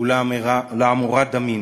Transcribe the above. ולעמורה דמינו.